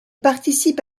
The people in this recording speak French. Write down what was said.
participe